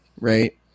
right